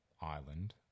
island